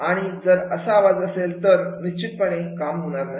आणि जर असा आवाज असेल तर निश्चितपणे काम होणार नाही